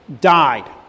died